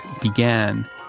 began